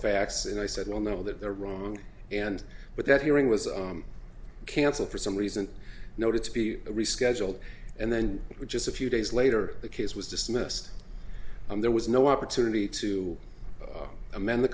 facts and i said well know that they're wrong and but that hearing was cancelled for some reason noted to be rescheduled and then it was just a few days later the case was dismissed and there was no opportunity to amend the